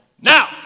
Now